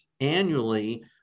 annually